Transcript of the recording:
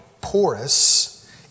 porous